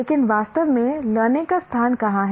लेकिन वास्तव में लर्निंग का स्थान कहां है